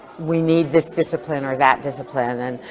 we need this discipline or that discipline. and